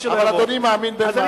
אז אני מציע,